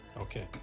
Okay